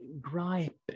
gripe